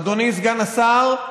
אדוני סגן השר,